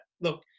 Look